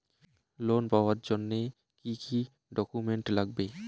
Loan পাওয়ার জন্যে কি কি ডকুমেন্ট লাগবে?